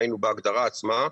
ראינו בהגדרה עצמה,